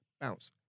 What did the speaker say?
bounce